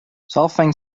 solfaing